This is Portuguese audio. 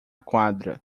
quadra